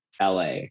LA